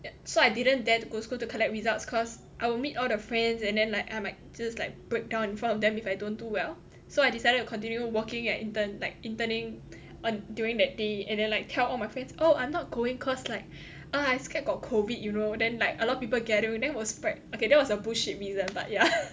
yah so I didn't dare to go school to collect results cause I will meet all the friends and then like I might just like breakdown in front of them if I don't do well so I decided to continue working at intern like interning on during that day and then like tell all my friends oh I'm not going cause like oh I scared got COVID you know then like a lot of people gathering then will spread okay that was a bullshit reason but yeah